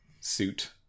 suit